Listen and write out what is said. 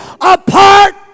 apart